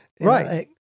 Right